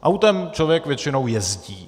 Autem člověk většinou jezdí.